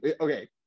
okay